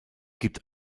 gibt